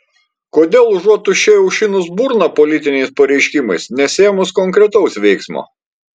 kodėl užuot tuščiai aušinus burną politiniais pareiškimais nesiėmus konkretaus veiksmo